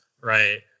right